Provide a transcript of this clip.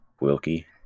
Wilkie